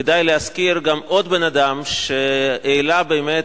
כדאי להזכיר גם עוד אדם שהעלה באמת,